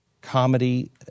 comedy